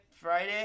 Friday